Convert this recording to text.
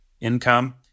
income